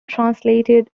translated